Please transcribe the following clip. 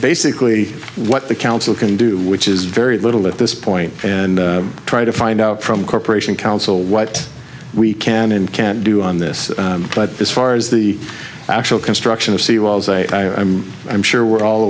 basically what the council can do which is very little at this point and try to find out from corporation council what we can and can't do on this but as far as the actual construction of sea walls i am sure we're all